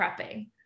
prepping